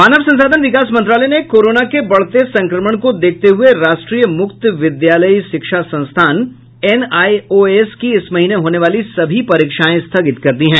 मानव संसाधन विकास मंत्रालय ने कोरोना के बढ़ते संक्रमण को देखते हुये राष्ट्रीय मुक्त विद्यालयी शिक्षा संस्थान एनआईओएस की इस महीने होने वाली सभी परीक्षाएं स्थगित कर दी है